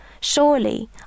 Surely